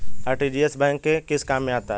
RTGS bank के किस काम में आता है?